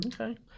Okay